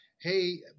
hey